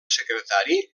secretari